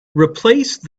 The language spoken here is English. replace